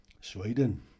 Sweden